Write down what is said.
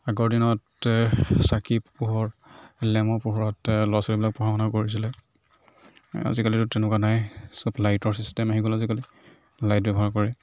আগৰ দিনতে চাকিৰ পোহৰত লেমৰ পোহৰতে ল'ৰা ছোৱালীবিলাকে পঢ়া শুনা কৰিছিলে আজিকালিতো তেনেকুৱা নায়েই চব লাইটৰ চিষ্টেম আহি গ'ল আজিকালি লাইট ব্যৱহাৰ কৰে